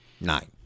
Nine